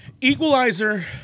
Equalizer